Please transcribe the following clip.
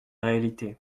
réalité